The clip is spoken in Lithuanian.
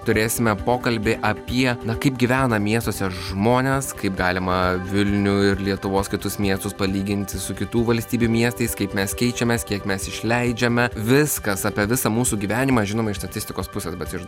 turėsime pokalbį apie na kaip gyvena miestuose žmonės kaip galima vilnių ir lietuvos kitus miestus palyginti su kitų valstybių miestais kaip mes keičiamės kiek mes išleidžiame viskas apie visą mūsų gyvenimą žinoma iš statistikos pusės bet iš